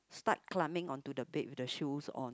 start climbing onto the bed with the shoes on